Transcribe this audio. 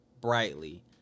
brightly